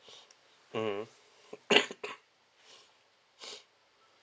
mmhmm